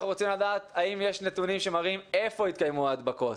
אנחנו רוצים לדעת האם יש נתונים שמראים איפה התקיימו ההדבקות.